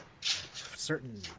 Certain